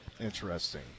Interesting